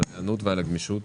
על ההיענות ועל הגמישות,